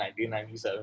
1997